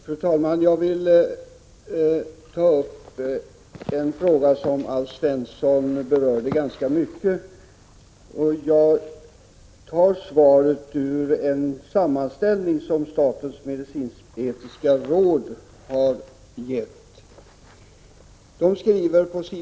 Fru talman! Jag skall kommentera en fråga som Alf Svensson berörde ganska mycket i sitt anförande. Jag gör det genom att citera på s. 12 ur en sammanställning som statens medicinsk-etiska råd har gett ut.